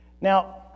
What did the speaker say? Now